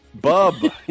Bub